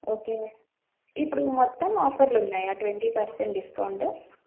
okay ఇప్పుడు మొత్తం ఆఫర్లున్నాయా ట్వంటీ పర్సెంట్ డిస్కౌంట్